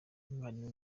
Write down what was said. umwalimu